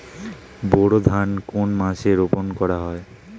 বোরো ধান কোন মাসে রোপণ করা হয়?